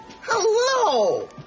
Hello